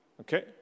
Okay